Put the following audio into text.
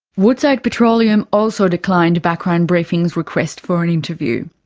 woodside petroleum also declined background briefing's request for an interview.